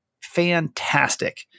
fantastic